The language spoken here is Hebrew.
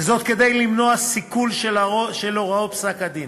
וזאת כדי למנוע סיכול של הוראות פסק-הדין.